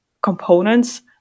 components